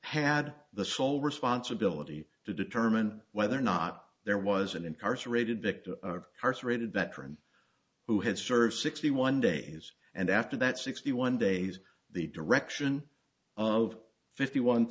had the sole responsibility to determine whether or not there was an incarcerated victim of course rated veteran who had served sixty one days and after that sixty one days the direction of fifty one